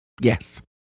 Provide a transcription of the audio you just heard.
yes